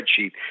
spreadsheet